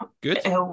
good